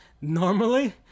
normally